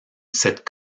cette